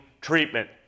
treatment